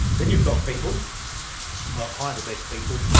then you've got people hire the best people,